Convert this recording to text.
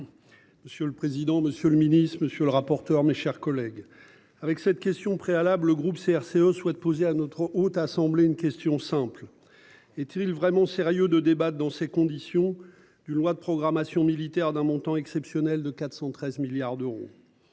Monsieur le président, monsieur le ministre, monsieur le rapporteur. Mes chers collègues. Avec cette question préalable le groupe CRCE souhaite poser à notre Haute assemblée une question simple et Thierry vraiment sérieux de débat dans ces conditions, d'une loi de programmation militaire d'un montant exceptionnel de 413 milliards d'euros.